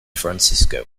francisco